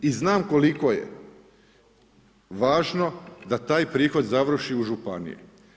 Znam koliko je važno da taj prihod završi u županiji.